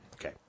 Okay